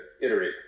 iterate